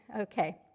okay